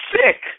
sick